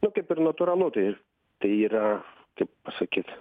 nu kaip ir natūralu tai tai yra taip pasakyt